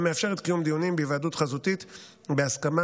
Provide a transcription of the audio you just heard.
המאפשרת קיום דיונים בהיוועדות חזותית בהסכמה